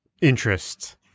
interest